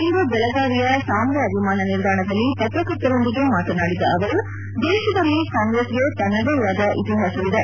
ಇಂದು ಬೆಳಗಾವಿಯ ಸಾಂಬ್ರಾ ವಿಮಾನ ನಿಲ್ದಾಣದಲ್ಲಿ ಪತ್ರಕರ್ತರೊಂದಿಗೆ ಮಾತನಾಡಿದ ಅವರು ದೇಶದಲ್ಲಿ ಕಾಂಗ್ರೆಸ್ಗೆ ತನ್ನದೆಯಾದ ಇತಿಹಾಸ ಇದೆ